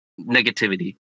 negativity